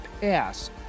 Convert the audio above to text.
pass